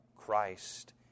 Christ